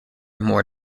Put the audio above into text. more